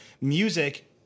music